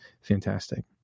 fantastic